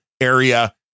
area